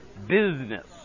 business